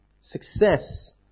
success